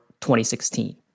2016